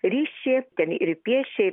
ryšį ten ir piešia